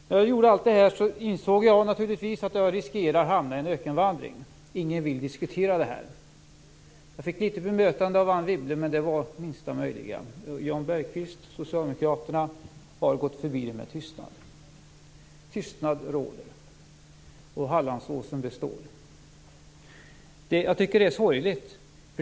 När jag gjorde detta insåg jag naturligtvis att jag riskerade att hamna i en ökenvandring. Ingen vill diskutera det här. Jag fick ett litet bemötande från Anne Wibble, men det var det minsta möjliga. Jan Bergqvist, socialdemokraterna, har gått förbi det med tystnad. Tystnad är ordet, och Hallandsåsen består. Jag tycker att detta är sorgligt.